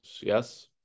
Yes